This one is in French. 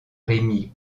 rémy